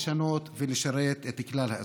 לשנות ולשרת את כלל האזרחים,